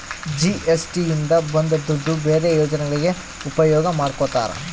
GST ಇಂದ ಬಂದ್ ದುಡ್ಡು ಬೇರೆ ಯೋಜನೆಗಳಿಗೆ ಉಪಯೋಗ ಮಾಡ್ಕೋತರ